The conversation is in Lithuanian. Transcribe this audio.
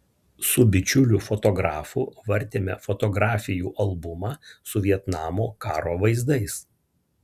su bičiuliu fotografu vartėme fotografijų albumą su vietnamo karo vaizdais